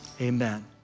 amen